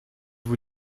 vous